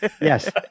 Yes